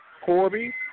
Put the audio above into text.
Corby